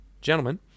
gentlemen